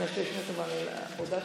השאיר את עסקת המאה,